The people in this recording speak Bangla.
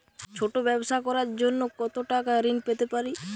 ছোট ব্যাবসা করার জন্য কতো টাকা ঋন পেতে পারি?